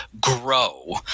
grow